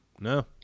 No